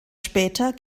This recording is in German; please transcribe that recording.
später